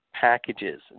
packages